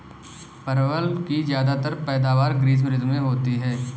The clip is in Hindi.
परवल की ज्यादातर पैदावार ग्रीष्म ऋतु में होती है